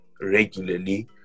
regularly